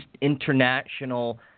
international